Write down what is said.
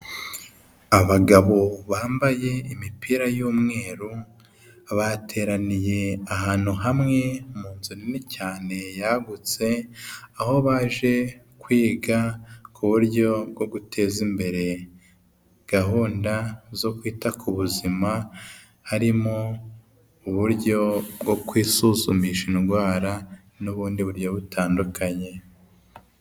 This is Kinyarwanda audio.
Abagabo bambaye imipira y'umweru, bateraniye ahantu hamwe mu nzu nini cyane yagutse, aho baje kwiga ku buryo bwo guteza imbere gahunda zo kwita ku buzima, harimo uburyo bwo kwisuzumisha indwara n'ubundi buryo butandukanye.